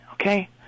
okay